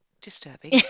disturbing